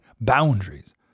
boundaries